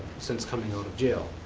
since coming out of jail.